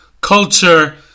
culture